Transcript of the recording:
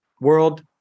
World